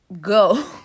go